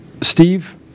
Steve